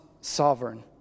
sovereign